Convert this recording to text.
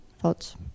thoughts